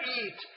eat